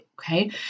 Okay